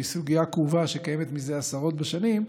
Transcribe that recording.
שהיא סוגיה כאובה שקיימת מזה עשרות בשנים,